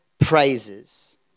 praises